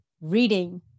reading